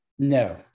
No